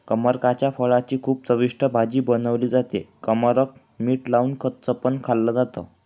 कमरकाच्या फळाची खूप चविष्ट भाजी बनवली जाते, कमरक मीठ लावून कच्च पण खाल्ल जात